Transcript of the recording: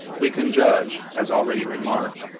we can judge, as already remarked,